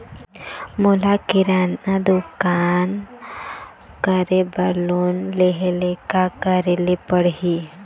मोला किराना दुकान करे बर लोन लेहेले का करेले पड़ही?